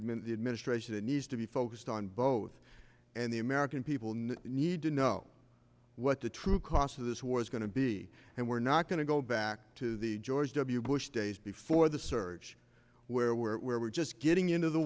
admit the administration that needs to be focused on both and the american people need to know what the true cost of this war is going to be and we're not going to go back to the george w bush days before the surge where we're just getting into the